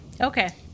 okay